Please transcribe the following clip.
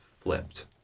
flipped